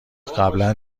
قبلا